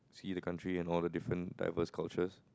see the country and all the different diverse cultures